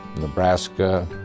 Nebraska